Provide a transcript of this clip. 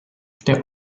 der